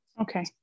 Okay